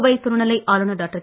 புதுவை துணைநிலை ஆளுனர் டாக்டர்